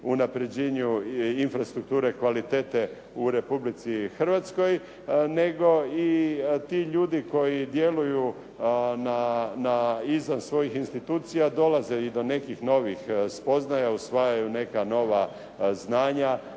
unaprjeđenju infrastrukture kvalitete u Republici Hrvatskoj, nego i ti ljudi koji djeluju izvan svojih institucija dolaze i do nekih novih spoznaja, usvajaju neka nova znanja,